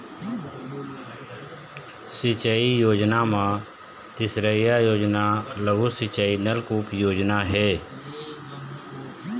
सिंचई योजना म तीसरइया योजना लघु सिंचई नलकुप योजना हे